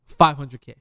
500K